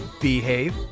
behave